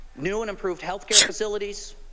new and improved health care facility,